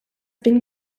been